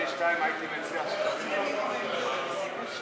ההסתייגות (82) של קבוצת סיעת הרשימה המשותפת וקבוצת סיעת מרצ לסעיף